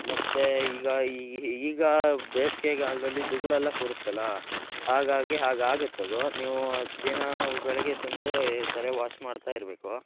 ಮತ್ತು ಈಗ ಈಗ ಬೇಸಿಗೆಗಾಲ್ದಲ್ಲಿ ದುಗುಳೆಲ್ಲ ಕೂರುತ್ತಲ್ವಾ ಹಾಗಾಗಿ ಹಾಗಾಗುತ್ತೆ ಅದೂ ನೀವು ದಿನಾ ಬೆಳಿಗ್ಗೆ ಸಂಜೆ ತಲೆ ವಾಶ್ ಮಾಡ್ತಾ ಇರಬೇಕು